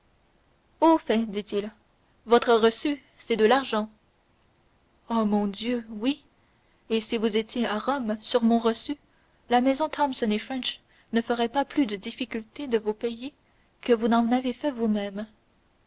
au fait dit-il votre reçu c'est de l'argent oh mon dieu oui et si vous étiez à rome sur mon reçu la maison thomson et french ne ferait pas plus de difficulté de vous payer que vous n'en avez fait vous-même